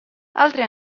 altre